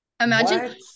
Imagine